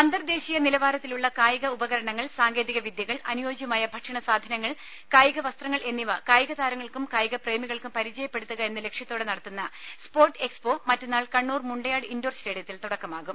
അന്തർദേശീയ നിലവാരത്തിലുള്ള കായിക ഉപകരണങ്ങൾ സാങ്കേതിക വിദ്യകൾ അനുയോജ്യമായ ഭക്ഷണസാധനങ്ങൾ കായിക വസ്ത്രങ്ങൾ എന്നിവ കായിക താരങ്ങൾക്കും കായിക പ്രേമികൾക്കും പരിചയപ്പെടുത്തുക എന്ന ലക്ഷ്യത്തോടെ നടത്തുന്ന സ്പോർട് എക്സ്പോ മറ്റന്നാൾ കണ്ണൂർ മുണ്ടയാട് ഇന്റോർ സ്റ്റേഡിയത്തിൽ തുടക്കമാകും